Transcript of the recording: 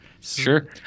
Sure